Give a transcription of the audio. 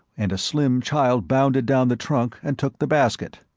and a slim child bounded down the trunk and took the basket.